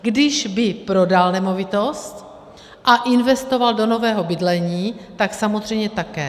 Když by prodal nemovitost a investoval do nového bydlení, tak samozřejmě také.